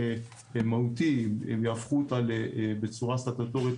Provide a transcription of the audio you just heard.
לא ייתכן שעושים חוק כזה ומשאירים את הים בחוץ בצורה מופגנת,